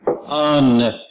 on